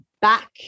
back